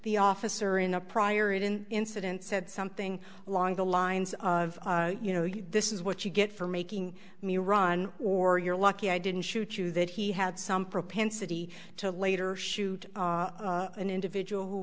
the officer in a prior it in incident said something along the lines of you know you this is what you get for making me iran or you're lucky i didn't shoot you that he had some propensity to later shoot an individual who